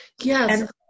Yes